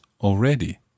already